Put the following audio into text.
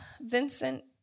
Vincent